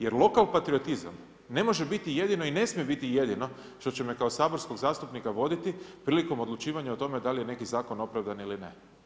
Jer lokal patriotizam ne može biti jedino i ne smije biti jedino što će me kao saborskog zastupnika voditi prilikom odlučivanja o tome da li je neki zakon opravdan ili ne.